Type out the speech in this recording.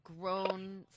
grown